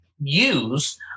use